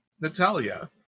Natalia